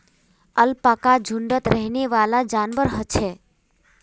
alpaca झुण्डत रहनेवाला जंवार ह छे